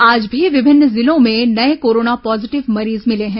आज भी विभिन्न जिलों में नये कोरोना पॉजिटिव मरीज मिले हैं